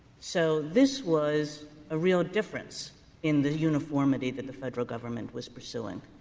so, this was a real difference in the uniformity that the federal government was pursuing.